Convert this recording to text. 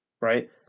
right